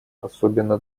особенно